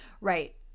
right